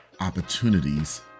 opportunities